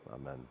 Amen